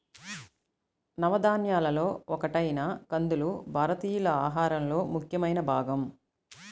నవధాన్యాలలో ఒకటైన కందులు భారతీయుల ఆహారంలో ముఖ్యమైన భాగం